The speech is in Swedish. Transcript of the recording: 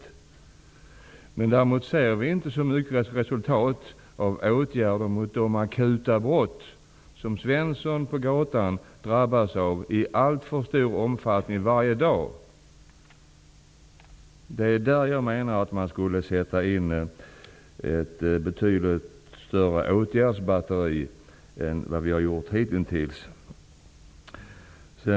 Vi ser däremot inte så mycket av resultat av åtgärder mot de akuta brott som Svensson på gatan drabbas av i allt för stor omfattning varje dag. Här skulle man, menar jag, sätta in ett betydligt större åtgärdsbatteri än hittills.